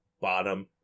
bottom